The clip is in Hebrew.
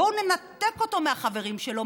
בואו ננתק אותו מהחברים שלו,